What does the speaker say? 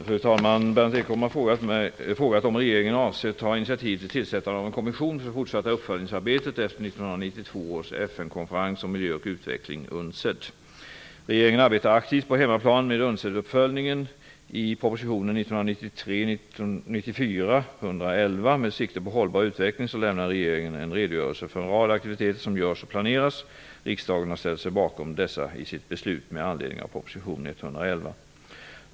Fru talman! Berndt Ekholm har frågat om regeringen avser att ta initiativ till tillsättandet av en kommission för det fortsatta uppföljningsarbetet efter 1992 års FN-konferens om miljö och utveckling, UNCED. Regeringen arbetar aktivt på hemmaplan med lämnar regeringen en redogörelse för en rad aktiviteter som görs och planeras. Riksdagen har ställt sig bakom dessa i sitt beslut med anledning av proposition nr 111.